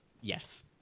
Yes